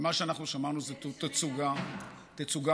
ומה שאנחנו שמענו זה תצוגה מרהיבה,